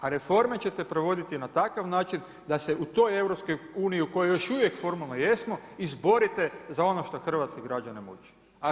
A reforme ćete provoditi na takav način da se u toj EU u kojoj još uvijek formalno jesmo izborite za ono što hrvatske građane muči.